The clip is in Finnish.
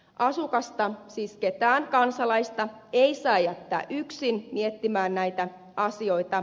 asukasta siis ketään kansalaista ei saa jättää yksin miettimään näitä asioita